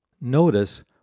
Notice